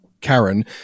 Karen